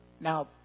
Now